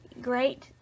great